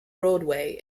roadway